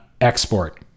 export